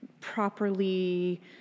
properly